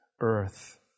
earth